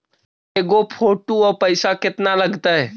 के गो फोटो औ पैसा केतना लगतै?